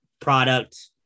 product